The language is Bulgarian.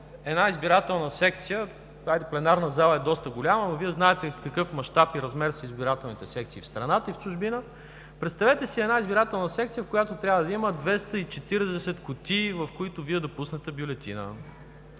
една избирателна секция, хайде, пленарната зала е доста голяма, но Вие знаете в какъв мащаб и размер са избирателните секции в страната и в чужбина, представете си една избирателна секция, в която трябва да има 240 кутии, в които трябва да пуснете бюлетина.